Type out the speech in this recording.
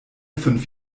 fünf